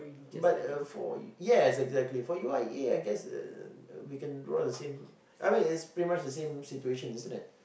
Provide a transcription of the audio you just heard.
but uh for ya exactly for U_I_A I guess uh uh we can draw the same I mean it's pretty much the same situation isn't it